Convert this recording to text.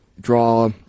draw